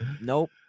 nope